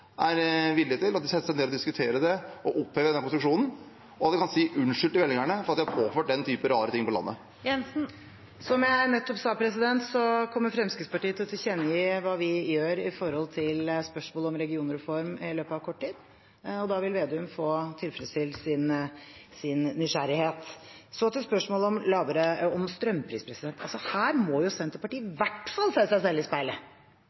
er villige til å sette seg ned og diskutere det å oppheve den konstruksjonen, og at de kan si unnskyld til velgerne for at de har påført landet slike rare ting? Som jeg nettopp sa, kommer Fremskrittspartiet til å tilkjennegi hva vi gjør med tanke på spørsmålet om regionreform, i løpet av kort tid. Da vil Slagsvold Vedum få tilfredsstilt sin nysgjerrighet. Så til spørsmålet om strømpris: Her må Senterpartiet i hvert fall se seg selv i speilet.